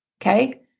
Okay